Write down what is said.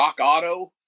Rockauto